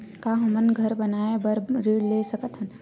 का हमन घर बनाए बार ऋण ले सकत हन?